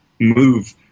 move